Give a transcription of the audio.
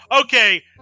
okay